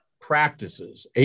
practices